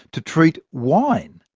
to treat wine,